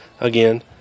again